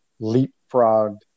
leapfrogged